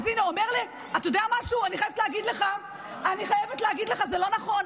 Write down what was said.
אתה יודע משהו, אני חייבת להגיד לך: זה לא נכון.